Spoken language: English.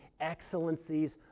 excellencies